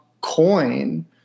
coin